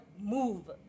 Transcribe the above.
Move